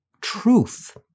truth